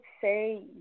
say